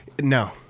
No